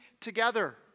together